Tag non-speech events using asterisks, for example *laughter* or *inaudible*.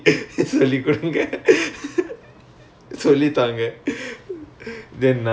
*laughs* சொல்லி தாங்கே:solli thaangae